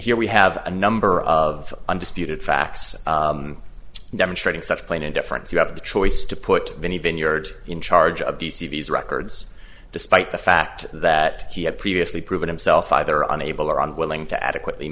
here we have a number of undisputed facts demonstrating such plain indifference you have the choice to put any vineyards in charge of d c these records despite the fact that he had previously proven himself either unable or unwilling to adequately